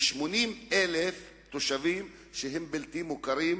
כ-80,000 תושבים שהם בלתי מוכרים,